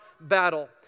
battle